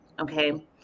Okay